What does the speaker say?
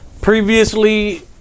previously